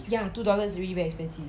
ya do toilet is really very expensive